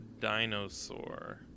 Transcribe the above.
dinosaur